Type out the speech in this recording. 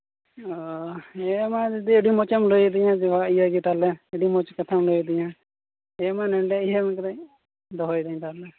ᱚ ᱦᱮᱸ ᱢᱟ ᱫᱤᱫᱤ ᱟᱹᱰᱤ ᱢᱚᱡᱮᱢ ᱞᱟᱹᱭ ᱟᱹᱫᱤᱧᱟ ᱵᱮᱦᱟ ᱤᱭᱟᱹ ᱡᱮᱴᱟ ᱛᱟᱦᱚᱞᱮ ᱟᱹᱰᱤ ᱢᱚᱡᱽ ᱠᱟᱛᱷᱟᱢ ᱞᱟᱹᱭᱟᱹᱫᱤᱧᱟ ᱦᱮᱸ ᱢᱟ ᱱᱮᱰᱟ ᱤᱭᱟᱹ ᱟᱢ ᱟᱠᱟᱱᱧ ᱫᱚᱦᱚᱭᱫᱟᱹᱧ ᱛᱟᱦᱚᱞᱮ